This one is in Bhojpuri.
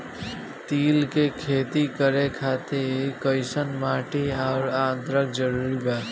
तिल के खेती करे खातिर कइसन माटी आउर आद्रता जरूरी बा?